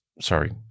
sorry